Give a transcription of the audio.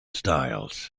styles